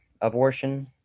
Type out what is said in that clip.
abortion